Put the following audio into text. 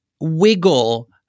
wiggle